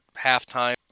halftime